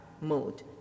mode